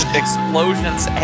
explosions